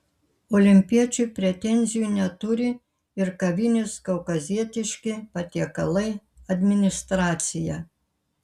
olimpiečiui pretenzijų neturi ir kavinės kaukazietiški patiekalai administracija